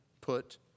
Put